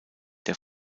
der